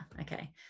Okay